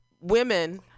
women